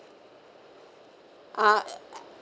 uh